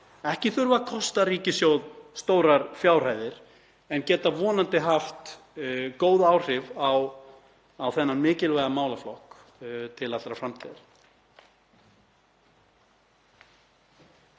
ekki þurfa að kosta ríkissjóð stórar fjárhæðir en geta vonandi haft góð áhrif á þennan mikilvæga málaflokk til allrar framtíðar.